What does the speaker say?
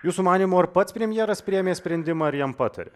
jūsų manymu ar pats premjeras priėmė sprendimą ar jam patarė